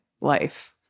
life